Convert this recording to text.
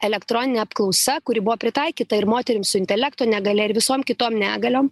elektroninė apklausa kuri buvo pritaikyta ir moterims su intelekto negalia ir visom kitom negaliom